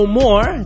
more